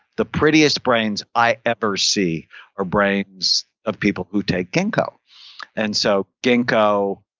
the prettiest brains i ever see are brains of people who take ginkgo and so ginkgo,